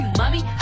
mommy